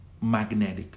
magnetic